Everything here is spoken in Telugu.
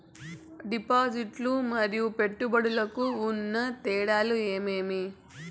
డిపాజిట్లు లు మరియు పెట్టుబడులకు ఉన్న తేడాలు ఏమేమీ?